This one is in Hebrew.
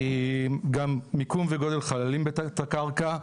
גם מיקום וגודל חללים בתת-הקרקע,